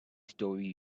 story